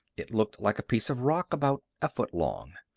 it looked like a piece of rock about a foot long.